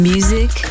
Music